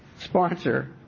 sponsor